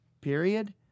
period